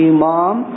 Imam